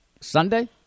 Sunday